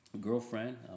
girlfriend